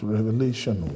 Revelation